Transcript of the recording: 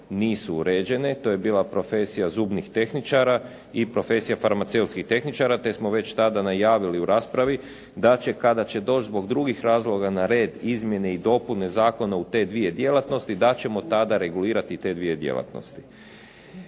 bile uređene. To je bila profesija zubnih tehničara i profesija farmaceutskih tehničara, te smo već tada najavili u raspravi, da će kada će doći zbog drugih razloga na red izmjene dopune zakona u te dvije djelatnosti, da ćemo tada regulirati te dvije djelatnosti.